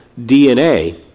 DNA